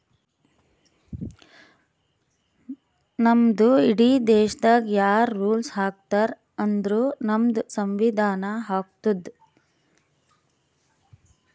ನಮ್ದು ಇಡೀ ದೇಶಾಗ್ ಯಾರ್ ರುಲ್ಸ್ ಹಾಕತಾರ್ ಅಂದುರ್ ನಮ್ದು ಸಂವಿಧಾನ ಹಾಕ್ತುದ್